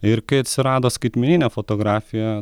ir kai atsirado skaitmeninė fotografija